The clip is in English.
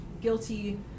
guilty